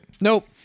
Nope